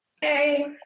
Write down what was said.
Hey